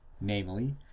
namely